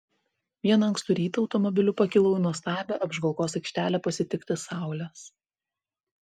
vieną ankstų rytą automobiliu pakilau į nuostabią apžvalgos aikštelę pasitikti saulės